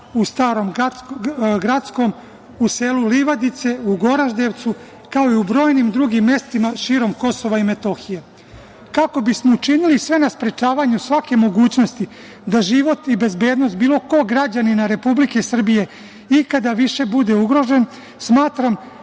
u Starom Grackom, u selu Livadice, u Goraždevcu, kao i u brojnim drugim mestima širom Kosova i Metohije. Kako bismo činili sve na sprečavanju svake mogućnosti da život i bezbednost bilo kog građanina Republike Srbije ikada više bude ugrožen smatram